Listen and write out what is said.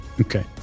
Okay